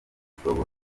zishobora